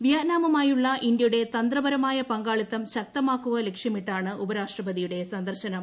വിയറ്റ്നാമുമായുള്ള ഇന്ത്യയുടെ തന്ത്രപരമായ പങ്കാളിത്തം ശക്തമാക്കുക ലക്ഷ്യമിട്ടാണ് ഉപരാഷ്ട്രപതിയുടെ സന്ദർശനം